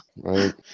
right